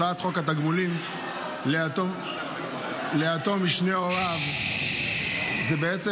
הצעת חוק תגמולים ליתום משני הוריו היא בעצם